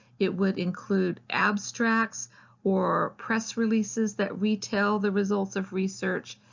it would include abstracts or press releases that retell the results of research.